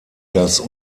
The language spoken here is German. das